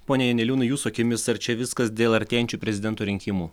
pone janeliūnai jūsų akimis ar čia viskas dėl artėjančių prezidento rinkimų